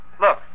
Look